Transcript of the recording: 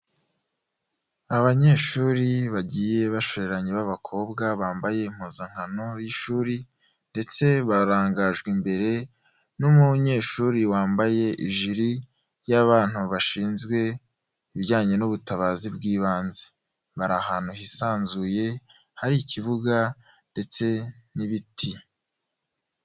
Abanyeshuri bagiye bashoreranye b'abakobwa bambaye impuzankano y'ishuri ,ndetse barangajwe imbere n'umunyeshuri wambaye ijili y'abantu bashinzwe ibijyanye n'ubutabazi bw'ibanze, bari ahantu hisanzuye hari ikibuga ndetse n'ibiti.